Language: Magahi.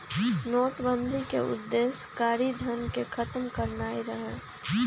नोटबन्दि के उद्देश्य कारीधन के खत्म करनाइ रहै